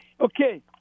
Okay